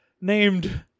named